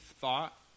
thought